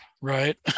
right